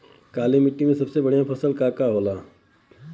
काली माटी में सबसे बढ़िया फसल का का हो सकेला?